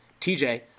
TJ